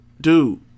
dude